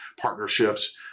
partnerships